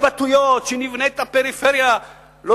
זה לא